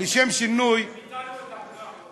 לשם שינוי, ביטלנו את האגרה.